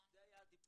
זה היה הדיבור.